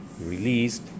released